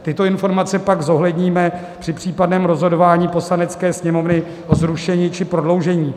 Tyto informace pak zohledníme při případném rozhodování Poslanecké sněmovny o zrušení či prodloužení.